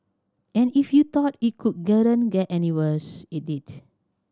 and if you thought it could any worse it did